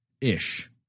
ish